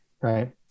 right